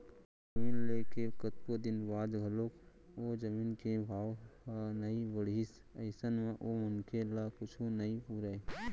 कहूँ जमीन ले के कतको दिन बाद घलोक ओ जमीन के भाव ह नइ बड़हिस अइसन म ओ मनखे ल कुछु नइ पुरय